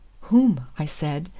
whom? i said,